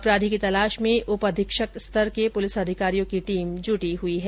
अपराधी की तलाश में उप अधीक्षक स्तर के पुलिस अधिकारियों की टीम जुटी हुई है